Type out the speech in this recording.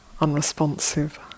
unresponsive